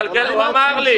הוא אמר לי.